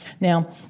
Now